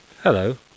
Hello